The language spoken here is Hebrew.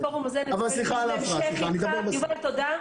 יובל,